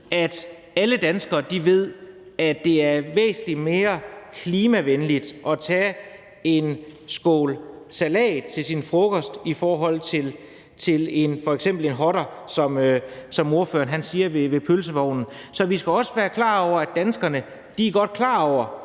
at alle danskere ved, at det er væsentlig mere klimavenligt at tage en skål salat til sin frokost end f.eks. en hotter, som ordføreren siger, ved pølsevognen. Så vi skal også være klar over, at danskerne godt er klar over,